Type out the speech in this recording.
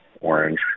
orange